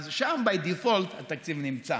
אז שם, by default, התקציב נמצא.